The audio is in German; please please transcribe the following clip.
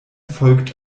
folgt